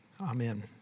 Amen